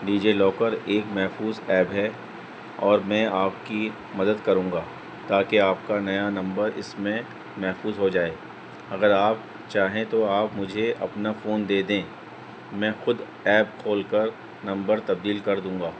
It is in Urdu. ڈی جی لاکر ایک محفوظ ایپ ہے اور میں آپ کی مدد کروں گا تاکہ آپ کا نیا نمبر اس میں محفوظ ہو جائے اگر آپ چاہیں تو آپ مجھے اپنا فون دے دیں میں خود ایپ کھول کر نمبر تبدیل کر دوں گا